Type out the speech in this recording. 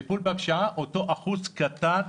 טיפול בפשיעה אותו אחוז קטן